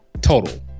total